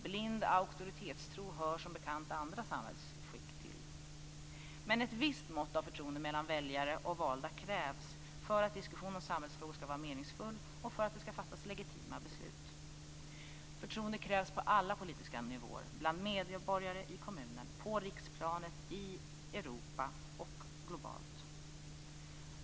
Blind auktoritetstro hör som bekant andra samhällsskick till. Men ett visst mått av förtroende mellan väljare och valda krävs för att diskussion om samhällsfrågor skall vara meningsfull och för att det skall fattas legitima beslut. Förtroende krävs på alla politiska nivåer, bland medborgare i kommunen, på riksplanet, i Europa och globalt.